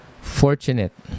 fortunate